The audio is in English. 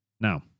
Now